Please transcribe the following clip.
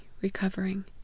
recovering